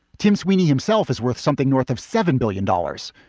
tim sweeney himself is worth something north of seven billion dollars,